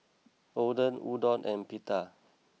Oden Udon and Pita